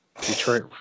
Detroit